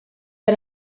had